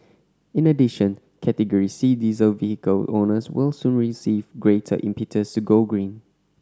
in addition Category C diesel vehicle owners will soon receive greater impetus to go green